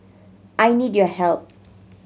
I need your help